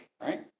right